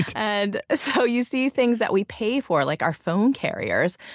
and so you see things that we pay for, like our phone carriers.